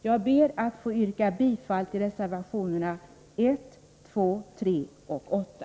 Jag ber att få yrka bifall till reservationerna 1, 2, 3 och 8.